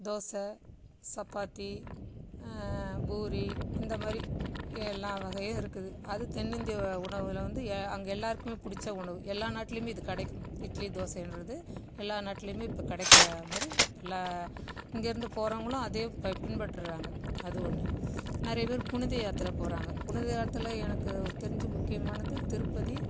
தோசை சப்பாத்தி பூரி இந்தமாதிரி எல்லா வகையும் இருக்குது அது தென்னிந்திய உணவில் வந்து எ அங்கே எல்லாருக்குமே பிடிச்ச உணவு எல்லா நாட்டிலியுமே இது கிடக்கும் இட்லி தோசைன்றது எல்லா நாட்டிலியுமே இப்போ கிடக்கமாரி எல்லா இங்கேருந்து போகிறவுங்களும் அதே பின்பற்றாங்கள் அது ஒன்று நிறைய பேர் புனித யாத்திரை போகிறாங்க புனித யாத்திரைல எனக்கு தெரிஞ்சு முக்கியமானது திருப்பதி